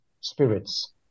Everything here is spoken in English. spirits